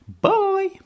Bye